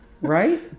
Right